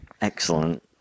Excellent